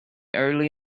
early